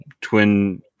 twin